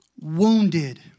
wounded